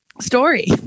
story